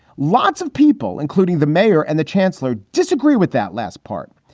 lots of people, including the mayor and the chancellor, disagree with that last part.